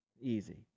Easy